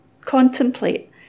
contemplate